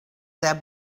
their